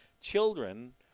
children